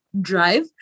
drive